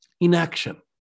inaction